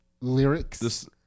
lyrics